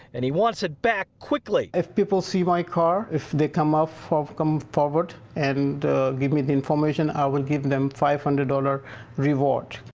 and he wants it back quickly. if people see my car if they come ah forward come forward and give me the information, i will give the five hundred dollars reward.